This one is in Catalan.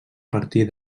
partir